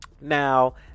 now